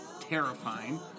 terrifying